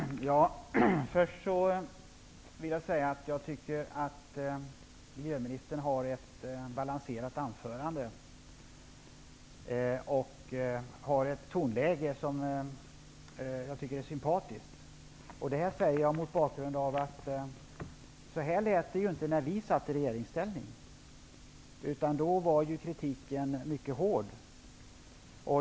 Fru talman! Till att börja med vill jag säga att jag tycker att miljöministern höll ett balanserat anförande i ett sympatiskt tonläge. Detta säger jag mot bakgrund av att så här lät det inte när vi satt i regeringsställning. Då var kritiken mycket hård.